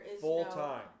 Full-time